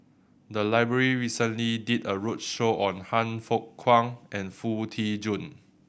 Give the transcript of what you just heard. the library recently did a roadshow on Han Fook Kwang and Foo Tee Jun